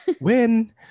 win